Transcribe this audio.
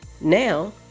now